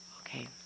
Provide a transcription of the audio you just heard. Okay